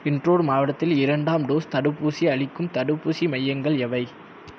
indoor மாவட்டத்தில் இரண்டாம் dose தடுப்பூசி அளிக்கும் தடுப்பூசி மையங்கள் எவை